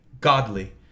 godly